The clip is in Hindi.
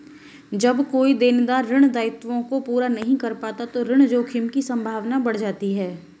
जब कोई देनदार ऋण दायित्वों को पूरा नहीं कर पाता तो ऋण जोखिम की संभावना बढ़ जाती है